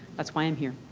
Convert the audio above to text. that's why i'm here.